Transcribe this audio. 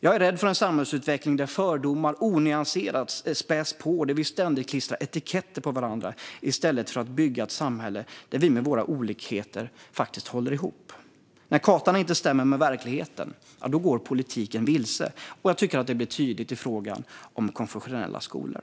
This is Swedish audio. Jag är rädd för en samhällsutveckling där fördomar onyanserat späs på och där vi ständigt klistrar etiketter på varandra i stället för att bygga ett samhälle där vi med våra olikheter håller ihop. När kartan inte stämmer med verkligheten går politiken vilse, och jag tycker att det blir tydligt i frågan om konfessionella skolor.